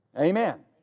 Amen